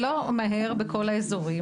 זה לא מהר בכל האזורים.